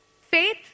Faith